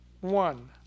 One